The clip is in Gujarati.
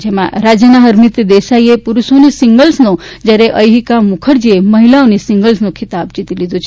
જેમાં રાજ્યના હરમીત દેસાઇએ પુરુષોની સીંગલ્સનો જ્યારે અયહીકા મુખરજીએ મહિલાઓની સીંગલ્સનો ખીતાબ જીતી લીધો છે